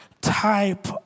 type